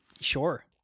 Sure